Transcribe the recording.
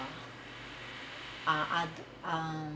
ah ah